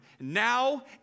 now